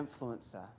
influencer